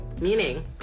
meaning